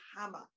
hammer